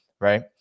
right